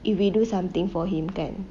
if we do something for him then